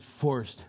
forced